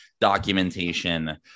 documentation